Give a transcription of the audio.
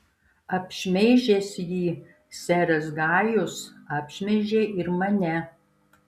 apšmeižęs jį seras gajus apšmeižė ir mane